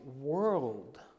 world